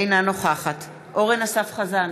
אינה נוכחת אורן אסף חזן,